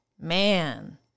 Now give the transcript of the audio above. Man